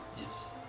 Yes